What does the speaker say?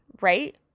right